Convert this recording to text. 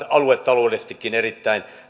aluetaloudellisestikin erittäin